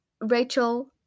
Rachel